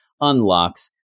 unlocks